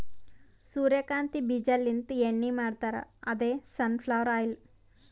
ಸೂರ್ಯಕಾಂತಿ ಬೀಜಾಲಿಂತ್ ಎಣ್ಣಿ ಮಾಡ್ತಾರ್ ಅದೇ ಸನ್ ಫ್ಲವರ್ ಆಯಿಲ್